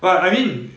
but I mean